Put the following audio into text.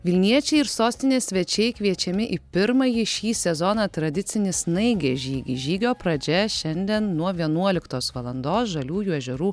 vilniečiai ir sostinės svečiai kviečiami į pirmąjį šį sezoną tradicinį snaigės žygį žygio pradžia šiandien nuo vienuoliktos valandos žaliųjų ežerų